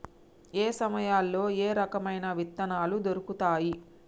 ఏయే సమయాల్లో ఏయే రకమైన విత్తనాలు దొరుకుతాయి?